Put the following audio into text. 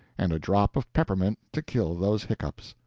and a drop of peppermint to kill those hiccoughs.